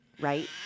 Right